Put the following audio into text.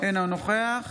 אינו נוכח